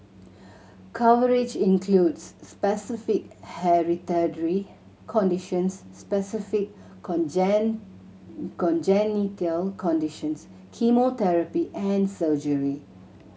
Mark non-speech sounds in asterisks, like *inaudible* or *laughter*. coverage includes specified hereditary conditions specified *unintelligible* congenital conditions chemotherapy and surgery